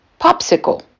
Popsicle